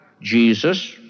Jesus